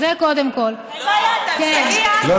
תחליפי אותה, תגיעי את.